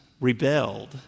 rebelled